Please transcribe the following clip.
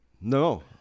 No